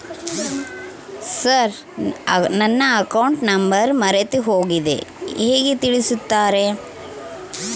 Sir ನನ್ನ account number ಮರೆತುಹೋಗಿದೆ ಹೇಗೆ ತಿಳಿಸುತ್ತಾರೆ?